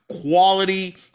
quality